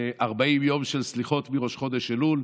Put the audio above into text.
ל-40 יום של סליחות מראש חודש אלול.